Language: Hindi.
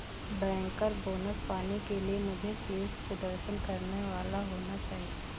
बैंकर बोनस पाने के लिए मुझे शीर्ष प्रदर्शन करने वाला होना चाहिए